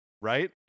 right